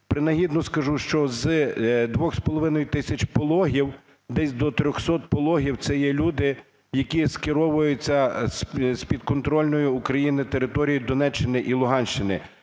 Принагідно скажу, що з 2,5 тисяч пологів десь до 300 пологів це є люди, які скеровуються з підконтрольної Україні території Донеччини і Луганщини.